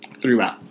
throughout